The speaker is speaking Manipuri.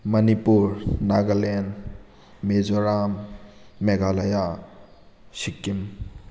ꯃꯅꯤꯄꯨꯔ ꯅꯥꯒꯥꯂꯦꯟ ꯃꯦꯖꯣꯔꯥꯝ ꯃꯦꯘꯥꯂꯌꯥ ꯁꯤꯛꯀꯤꯝ